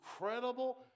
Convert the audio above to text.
incredible